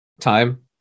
time